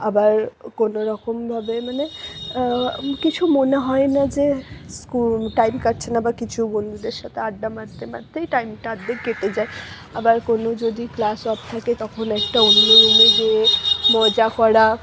আবার কোনও রকমভাবে মানে কিছু মনে হয় না যে স্কুল টাইম কাটছে না বা কিছু বন্ধুদের সাথে আড্ডা মারতে মারতেই টাইমটা অর্ধেক কেটে যায় আবার কোনও যদি ক্লাস অফ থাকে তখন একটা অন্য রুমে গিয়ে মজা করা